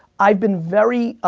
i've been very,